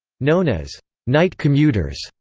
known as night commuters,